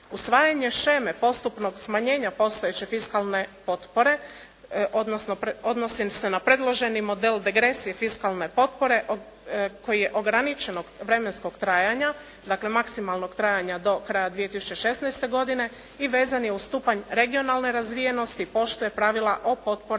Usvajanje sheme postupnog smanjenja postojeće fiskalne potpore, odnosno odnosim se na predloženi model degresije fiskalne potpore koji je ograničenog vremenskog trajanja. Dakle, maksimalnog trajanja do kraja 2016. godine i vezan je uz stupanj regionalne razvijenosti i poštuje pravila o potporama